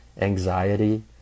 anxiety